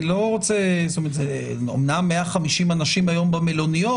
זה אומנם 150 אנשים היום במלוניות,